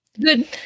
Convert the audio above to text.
good